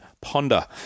ponder